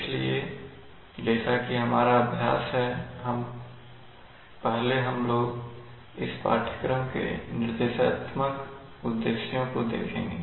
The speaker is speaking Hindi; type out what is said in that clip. इसलिए जैसा कि हमारा अभ्यास है पहले हम लोग इस पाठ्यक्रम के लिए निर्देशात्मक उद्देश्यों को देखेंगे